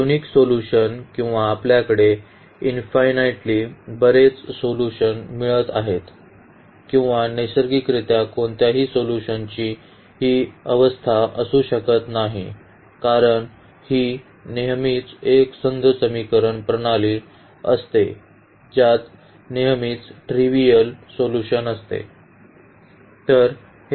unique solution किंवा आपल्याकडे infinitely बरेच सोल्यूशन मिळत आहेत किंवा नैसर्गिकरित्या कोणत्याही सोल्यूशनची ही अवस्था असू शकत नाही कारण ही नेहमीच एकसंध समीकरण प्रणाली असते ज्यात नेहमीच ट्रिव्हिअल सोल्यूशन असते